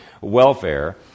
welfare